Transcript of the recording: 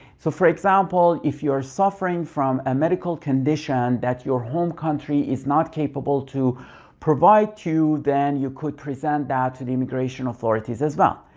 so for example, if you are suffering from a medical condition that your home country is not capable to provide you then you could present that to the immigration authorities as well.